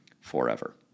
forever